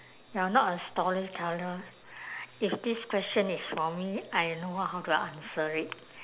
you are not a storyteller if this question is for me I know how to answer it